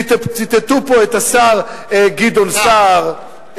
ציטטו פה את השר גדעון סער,